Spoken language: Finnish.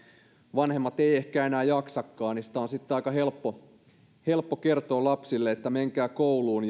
vanhemmat eivät ehkä enää jaksakaan niin sitä on sitten aika helppo helppo kertoa lapsille että menkää kouluun